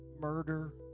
murder